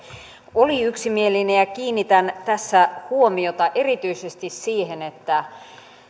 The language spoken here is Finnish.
oli yksimielinen ja kiinnitän tässä huomiota erityisesti siihen että